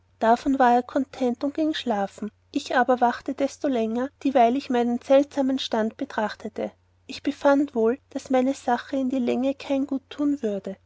davon war er kontent und gieng schlafen ich aber wachte desto länger dieweil ich meinen seltsamen stand betrachtete ich befand wohl daß meine sache in die länge kein gut tun würde